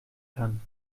kann